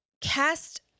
cast